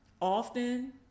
Often